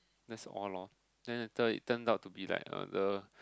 that's all lor then later he turned out to be like a the